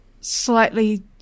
slightly